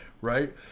right